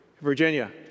Virginia